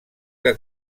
que